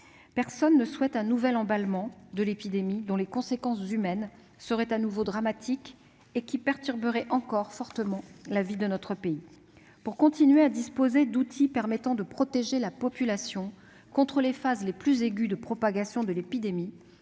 Personne ne souhaite un nouvel emballement de l'épidémie, dont les conséquences humaines seraient à nouveau dramatiques et perturberaient encore fortement la vie de notre pays. Pour continuer à disposer d'outils permettant de protéger la population contre les phases les plus aiguës de propagation de l'épidémie,